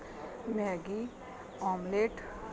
Maggi omelet